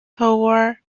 toward